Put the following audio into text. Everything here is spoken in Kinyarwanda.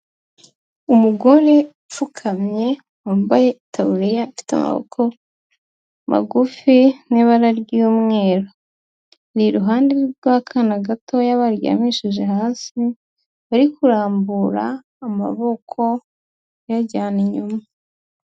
Umugore upfukamye, wambaye itaburiya ifite amaboko magufi n'ibara ry'umweru, ni iruhande rw'akana gatoya baryamishije hasi, bari kurambura amaboko bayajyana inyuma.